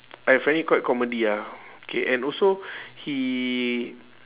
I find it quite comedy ah K and also he